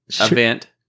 event